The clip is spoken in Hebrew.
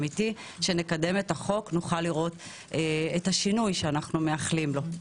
כשנקדם את החוק נוכל לראות את השינוי שאנחנו מייחלים לו.